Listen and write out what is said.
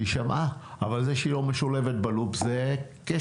היא שמעה, אבל זה שהיא לא משולבת בלופ זה כשל.